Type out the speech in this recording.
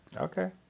Okay